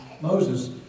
Moses